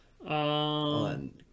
On